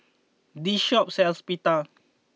this shop sells Pita